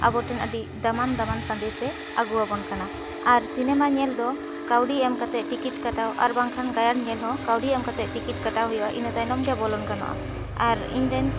ᱟᱵᱚ ᱴᱷᱮᱱ ᱟᱹᱰᱤ ᱫᱟᱢᱟᱱ ᱫᱟᱢᱟᱱ ᱥᱟᱸᱫᱮᱥ ᱮ ᱟᱹᱜᱩ ᱟᱵᱚᱱ ᱠᱟᱱᱟ ᱟᱨ ᱥᱤᱱᱮᱢᱟ ᱧᱮᱞ ᱫᱚ ᱠᱟ ᱣᱲᱤ ᱮᱢ ᱠᱟᱛᱮᱜ ᱴᱤᱠᱤᱴᱥ ᱠᱟᱴᱟᱣ ᱟᱨ ᱵᱟᱝ ᱠᱷᱟᱱ ᱜᱟᱭᱟᱱ ᱧᱮᱞ ᱦᱚᱸ ᱠᱟ ᱣᱲᱤ ᱮᱢ ᱠᱟᱛᱮᱜ ᱴᱤᱠᱤᱴ ᱠᱟᱴᱟᱣ ᱦᱩᱭᱩᱜ ᱟ ᱤᱱᱟᱹ ᱛᱟᱭᱚᱢ ᱜᱮ ᱵᱚᱞᱚᱱ ᱜᱟᱱᱚᱜᱼᱟ ᱟᱨ ᱤᱧ ᱨᱮᱱ